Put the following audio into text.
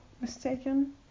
mistaken